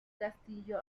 castillo